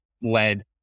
led